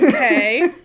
Okay